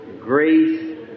grace